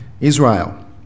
Israel